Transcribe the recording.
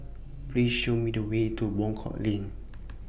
Please Show Me The Way to Wangkok LINK